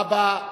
תודה רבה.